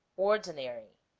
ordinary